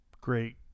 great